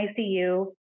ICU